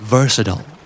Versatile